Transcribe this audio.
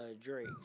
Drake